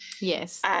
Yes